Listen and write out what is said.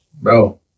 bro